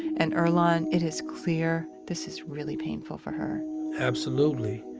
and earlonne, it is clear, this is really painful for her absolutely.